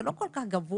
זה לא כל כך גבוה.